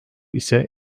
ise